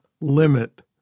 limit